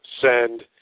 send